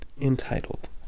Entitled